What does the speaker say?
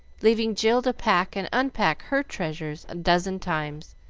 leaving jill to pack and unpack her treasures a dozen times,